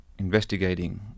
investigating